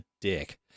dick